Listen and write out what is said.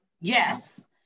yes